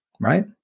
right